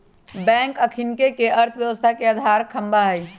bank अखनिके अर्थव्यवस्था के अधार ख़म्हा हइ